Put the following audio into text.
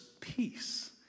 peace